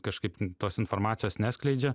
kažkaip tos informacijos neskleidžia